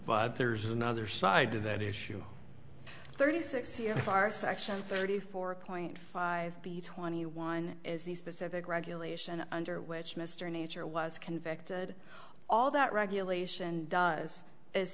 but there's another side to that issue thirty six here are section thirty four point five b twenty one is the specific regulation under which mr nature was convicted all that regulation does i